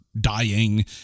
dying